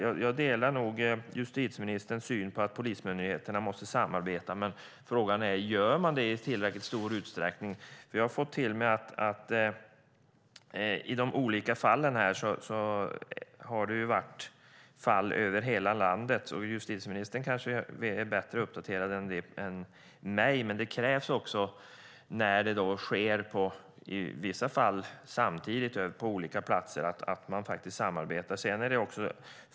Jag delar justitieministerns syn att polismyndigheterna måste samarbeta. Frågan är dock om de gör det i tillräckligt stor utsträckning, för jag har fått information om fall över hela landet. Justitieministern är kanske bättre uppdaterad än jag, men det krävs att man samarbetar när det i vissa fall sker samtidigt på olika platser.